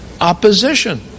opposition